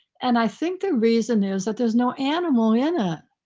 and i think the reason is that there's no animal in it.